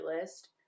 list